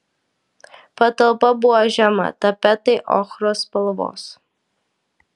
patalpa buvo žema tapetai ochros spalvos